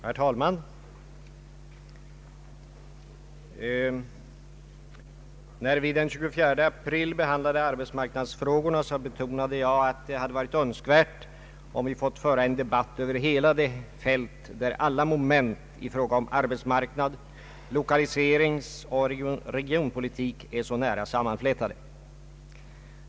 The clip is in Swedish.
Herr talman! När vi den 24 april behandlade arbetsmarknadsfrågorna betonade jag att det varit önskvärt om vi fått föra en debatt över hela det fält där alla moment i fråga om arbetsmarknads-, lokaliseringsoch regionpolitik är så nära sammanflätade.